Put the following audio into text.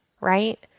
right